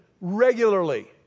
regularly